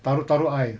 taruh taruh I